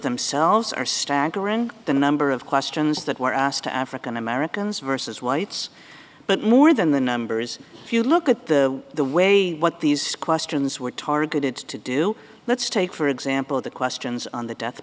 themselves are staggering the number of questions that were asked to african americans versus whites but more than the numbers if you look at the way what these questions were targeted to do let's take for example the questions on the death